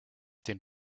den